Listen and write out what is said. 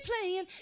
playing